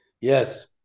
Yes